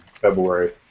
February